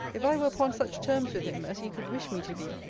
if i were upon such terms with him as he could wish me to be,